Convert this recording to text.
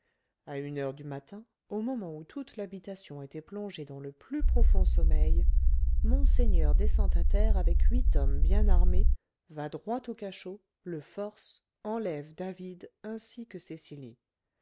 à une heure du matin au moment où toute l'habitation était plongée dans le plus profond sommeil monseigneur descend à terre avec huit hommes bien armés va droit au cachot le force enlève david ainsi que cecily